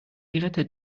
gerettet